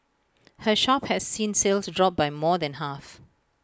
her shop has seen sales drop by more than half